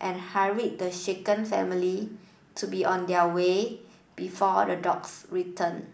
and hurried the shaken family to be on their way before the dogs return